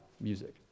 music